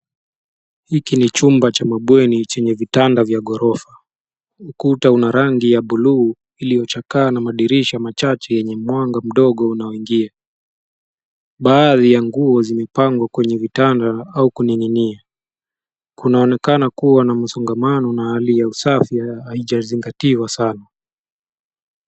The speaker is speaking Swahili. Hiki ni chumba cha mabweni chenye vitanda vya ghorofa. Ukuta una rangi ya bluu iliyochakaa na madirisha machache yenye mwanga mdogo unaoingia. Baadhi ya nguo zimepangwa kwenye vitanda au kuning'inia. Kunaonekana kuwa na msongamano na hali ya usafi haijazingatiwa sana.